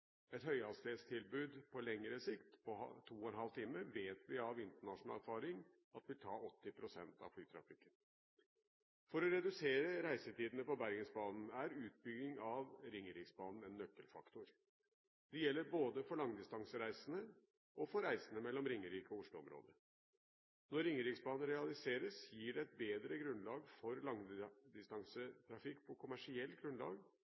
Et høyhastighetstilbud – på lengre sikt – på 2 ½ time, vet vi av internasjonal erfaring vil ta 80 pst. av flytrafikken. For å redusere reisetidene på Bergensbanen er utbygging av Ringeriksbanen en nøkkelfaktor. Det gjelder for både langdistansereisende og for reisende mellom Ringerike og Oslo-området. Når Ringeriksbanen realiseres, gir det et bedre grunnlag for langdistansetrafikk på kommersielt grunnlag,